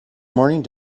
morning